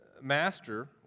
Master